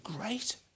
great